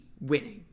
winning